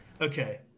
okay